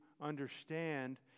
understand